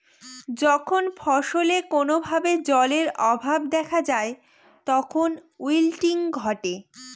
যখন ফসলে কোনো ভাবে জলের অভাব দেখা যায় তখন উইল্টিং ঘটে